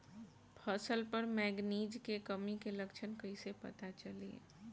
फसल पर मैगनीज के कमी के लक्षण कईसे पता चली?